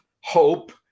hope